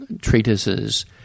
treatises